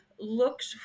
looked